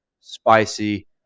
spicy